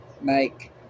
make